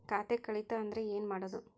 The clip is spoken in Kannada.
ಖಾತೆ ಕಳಿತ ಅಂದ್ರೆ ಏನು ಮಾಡೋದು?